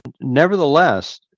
nevertheless